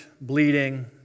bleeding